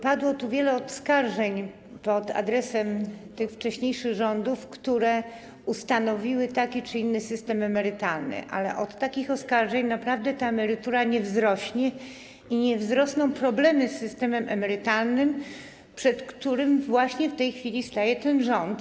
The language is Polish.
Padło tu wiele oskarżeń pod adresem tych wcześniejszych rządów, które ustanowiły taki czy inny system emerytalny, ale od takich oskarżeń naprawdę emerytura nie wzrośnie i nie znikną problemy związane z systemem emerytalnym, przed którymi właśnie w tej chwili staje ten rząd.